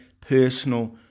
personal